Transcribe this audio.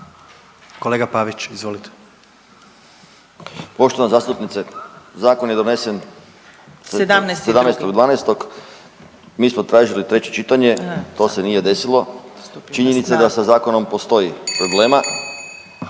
Kolega Pavić, izvolite.